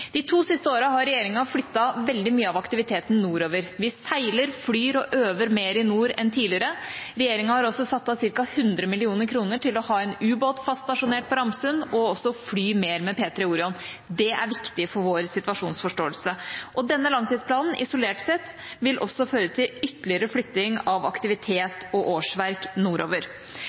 De to siste åra har regjeringa flyttet veldig mye av aktiviteten nordover. Vi seiler, flyr og øver mer i nord enn tidligere. Regjeringa har også satt av ca. 100 mill. kr til å ha en ubåt fast stasjonert på Ramsund og også til å fly mer med P-3 Orion. Det er viktig for vår situasjonsforståelse. Denne langtidsplanen vil, isolert sett, også føre til ytterligere flytting av aktivitet og årsverk nordover.